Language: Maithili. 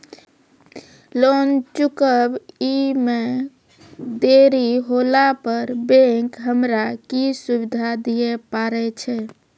लोन चुकब इ मे देरी होला पर बैंक हमरा की सुविधा दिये पारे छै?